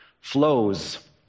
flows